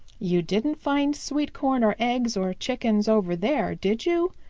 you didn't find sweet corn or eggs or chickens over there, did you?